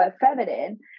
feminine